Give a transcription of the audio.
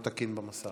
משהו לא תקין במסך.